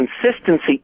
consistency